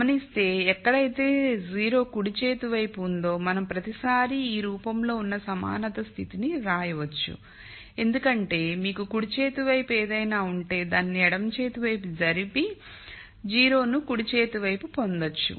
గమనిస్తే ఎక్కడ అయితే 0 కుడి చేతి వైపు ఉందోమనం ప్రతిసారి ఈ రూపంలో ఉన్న సమానత స్థితిని రాయవచ్చు ఎందుకంటే మీకు కుడి చేతి వైపు ఏదైనా ఉంటేదానిని ఎడమ చేతి వైపు జరిపి 0 ను కుడి చేతి వైపు పొందవచ్చు